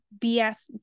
BS